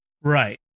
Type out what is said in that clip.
Right